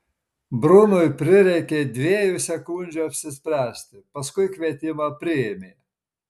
brunui prireikė dviejų sekundžių apsispręsti paskui kvietimą priėmė